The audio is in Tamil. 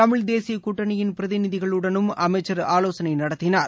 தமிழ் தேசிய கூட்டணியின் பிரதிநிதிகளுடனும் அமைச்சர் ஆலோசனை நடத்தினார்